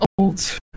Old